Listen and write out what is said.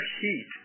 heat